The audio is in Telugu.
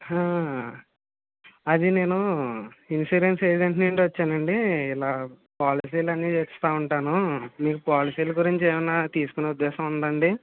హా అది నేను ఇన్సూరెన్స్ ఏజెంట్ నుండి వచ్చానండి ఇలా పాలసీలు అన్నీ ఇస్తా ఉంటాను మీరు పాలసీల గురించి ఏమన్నా తీసుకునే ఉద్దేశం ఉందా అండీ